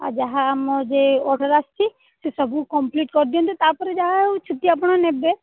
ଆଉ ଯାହା ଆମର ଅର୍ଡ଼ର ଆସିଛି ସେସବୁ କମ୍ପ୍ଲିଟ୍ କରିଦିଅନ୍ତୁ ତା'ପରେ ଯାହା ଛୁଟି ଆପଣ ନେବେ